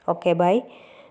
okay bye